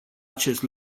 acest